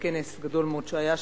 בכנס גדול מאוד שהיה שם.